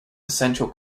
essential